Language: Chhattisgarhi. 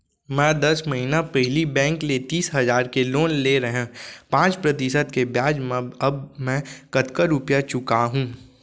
मैं दस महिना पहिली बैंक ले तीस हजार के लोन ले रहेंव पाँच प्रतिशत के ब्याज म अब मैं कतका रुपिया चुका हूँ?